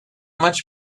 much